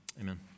amen